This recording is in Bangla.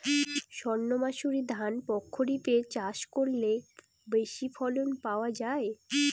সর্ণমাসুরি ধান প্রক্ষরিপে চাষ করলে বেশি ফলন পাওয়া যায়?